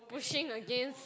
pushing against